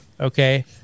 Okay